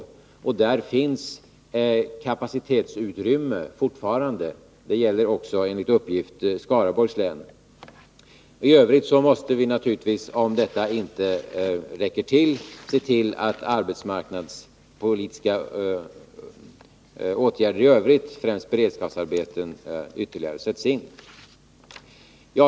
På den punkten finns fortfarande kapacitetsutrymme. Enligt uppgift gäller det också Skaraborgs län. I övrigt måste vi naturligtvis, om detta inte räcker, se till att ytterligare arbetsmarknadspolitiska åtgärder sätts in, främst då beredskapsarbeten.